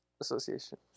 Association